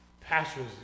Pastors